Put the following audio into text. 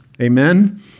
Amen